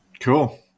Cool